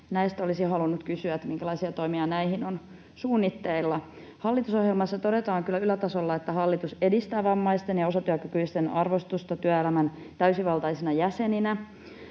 Näistä olisin halunnut kysyä, minkälaisia toimia näihin on suunnitteilla. Hallitusohjelmassa todetaan kyllä ylätasolla, että hallitus edistää vammaisten ja osatyökykyisten arvostusta työelämän täysivaltaisina jäseninä.